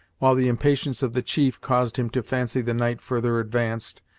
while the impatience of the chief caused him to fancy the night further advanced,